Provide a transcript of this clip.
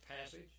passage